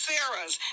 Sarah's